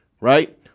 Right